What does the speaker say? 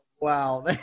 wow